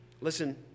Listen